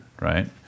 right